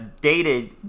dated